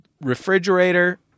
refrigerator